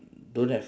don't have